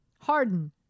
Harden